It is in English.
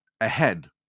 ahead